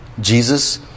Jesus